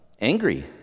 angry